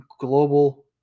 global